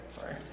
Sorry